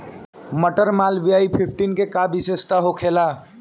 मटर मालवीय फिफ्टीन के का विशेषता होखेला?